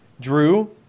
Drew